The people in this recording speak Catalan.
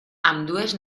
ambdues